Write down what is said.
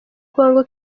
congo